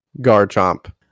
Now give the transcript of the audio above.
Garchomp